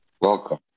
Welcome